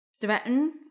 threaten